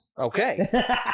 Okay